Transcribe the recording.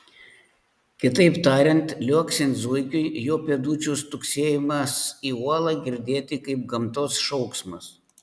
kitaip tariant liuoksint zuikiui jo pėdučių stuksėjimas į uolą girdėti kaip gamtos šauksmas